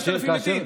5,000 מתים.